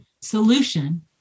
solution